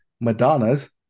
Madonna's